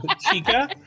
chica